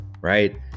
right